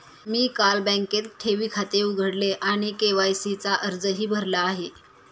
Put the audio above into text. मी काल बँकेत ठेवी खाते उघडले आणि के.वाय.सी चा अर्जही भरला आहे